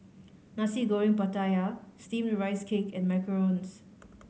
Nasi Goreng Pattaya Steamed Rice Cake and macarons